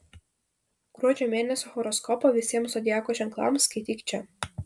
gruodžio mėnesio horoskopą visiems zodiako ženklams skaityk čia